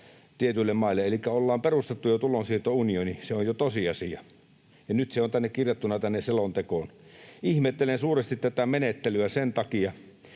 tietyille maille, elikkä ollaan perustettu jo tulonsiirtounioni. Se on jo tosiasia, ja nyt se on tänne selontekoon kirjattuna. Ihmettelen suuresti tätä menettelyä sen takia,